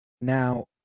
Now